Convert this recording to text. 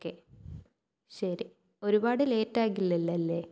okay ശരി ഒരുപാട് late ആകില്ലല്ലോ അല്ലേ